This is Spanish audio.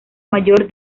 mayor